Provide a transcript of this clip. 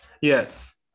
Yes